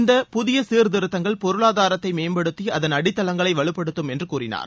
இந்த புதிய சீர்திருத்தங்கள் பொருளாதாரத்தை மேம்படுத்தி அதன் அடித்தளங்களை வலுப்படுத்தும் என்றும் கூறினார்